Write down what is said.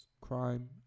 crime